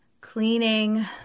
cleaning